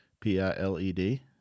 P-I-L-E-D